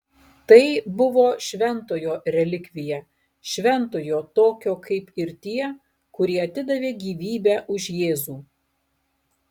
tai buvo šventojo relikvija šventojo tokio kaip ir tie kurie atidavė gyvybę už jėzų